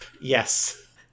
yes